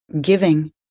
giving